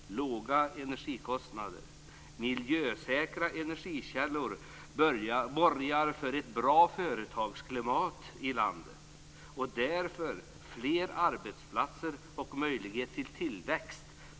Låga energikostnader och miljösäkra energikällor borgar för ett bra företagsklimat i landet och därmed fler arbetsplatser och möjlighet till tillväxt.